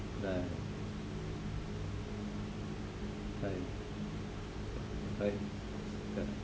right right